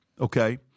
okay